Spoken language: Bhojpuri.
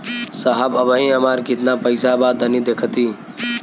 साहब अबहीं हमार कितना पइसा बा तनि देखति?